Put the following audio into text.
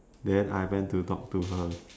then I went to talk to her